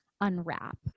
unwrap